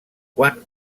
quan